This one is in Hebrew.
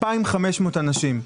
2,500 אנשים.